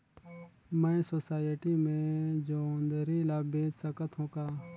मैं सोसायटी मे जोंदरी ला बेच सकत हो का?